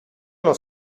uno